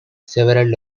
several